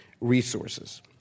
resources